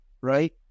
right